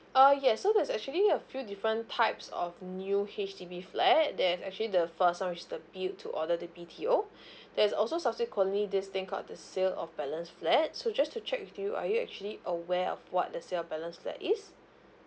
ah yes so there's actually a few different types of new H_D_B flat that is actually the first one which is the build to order the B_T_O there's also subsequently this thing called the sale of balance flat so just to check with you are you actually aware of what the sale of balance flat is